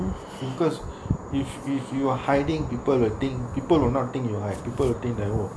because if if you are hiding people will think people will not think you hide people will think the work